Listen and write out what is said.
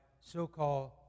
so-called